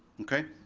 okay.